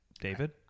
David